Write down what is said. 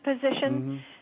position